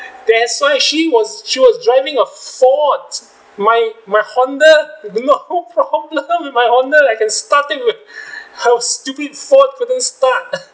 that's why she was she was driving a ford my my honda do not no problem with my honda I can start it with how stupid ford couldn't start